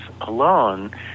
alone